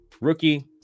Rookie